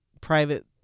private